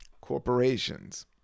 Corporations